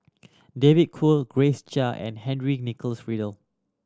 David Kwo Grace Chia and Henry Nicholas Ridley